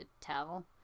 tell